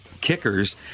kickers